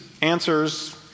answers